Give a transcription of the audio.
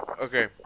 Okay